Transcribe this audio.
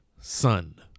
son